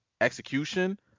execution